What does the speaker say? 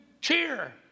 cheer